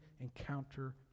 encounter